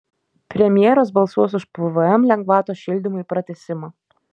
premjeras balsuos už pvm lengvatos šildymui pratęsimą